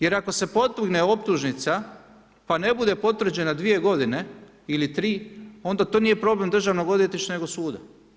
Jer ako se podigne optužnica, pa ne bude potvrđena dvije godine ili tri, onda to nije problem državnog odvjetništva nego suda.